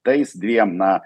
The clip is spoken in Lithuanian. tais dviem na